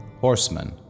horsemen